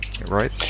right